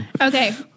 Okay